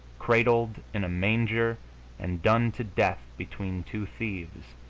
cradled in a manger and done to death between two thieves,